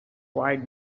wide